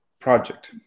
project